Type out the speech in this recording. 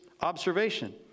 observation